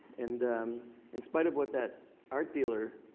and in spite of what that art dealer